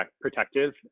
protective